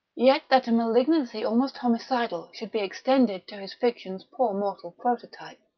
yet that a malignancy almost homicidal should be extended to his fiction's poor mortal prototype.